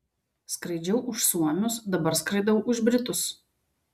skraidžiau už suomius dabar skraidau už britus